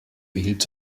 behielt